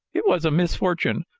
it was a misfortune.